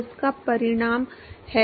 तो इसका परिणाम है